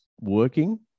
working